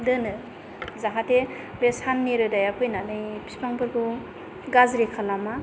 दोनो जाहाथे बे साननि रोदाया फैनानै बिफांफोरखौ गाज्रि खालामा